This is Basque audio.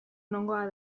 nongoa